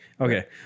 okay